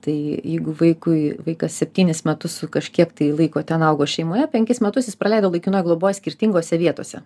tai jeigu vaikui vaikas septynis metus su kažkiek tai laiko ten augo šeimoje penkis metus jis praleido laikinoj globoj skirtingose vietose